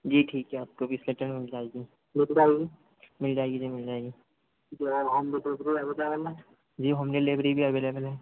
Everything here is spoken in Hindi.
जी ठीक है आपको भी मिल जाएंगी मिल जाएगी जी मिल जाएगी जी होम डिलेभरी भी अभेलेबल हैं